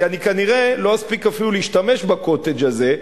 כי כנראה אני אפילו לא אספיק להשתמש ב"קוטג'" הזה.